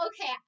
Okay